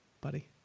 Buddy